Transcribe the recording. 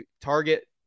target